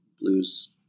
blues